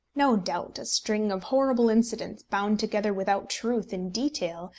no doubt, a string of horrible incidents, bound together without truth in detail,